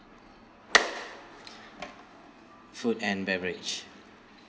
food and beverage